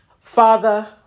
Father